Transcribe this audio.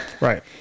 right